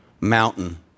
mountain